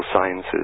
sciences